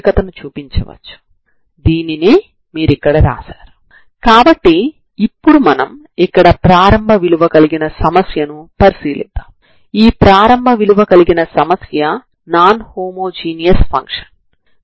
ఇప్పటివరకు మనం ఒక డైమన్షన్ మరియు రెండు డైమెన్షన్ లలో వున్న తరంగ సమీకరణాలకు చెందిన సమస్యలను చూశాము